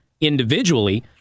individually